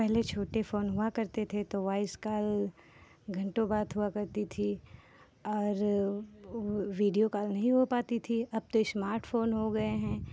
पहले छोटे फ़ोन हुआ करते थे वॉइस कॉल घन्टों बात हुआ करती थी और वीडियो कॉल नहीं हो पाती थी अब तो स्मार्ट फ़ोन हो गए हैं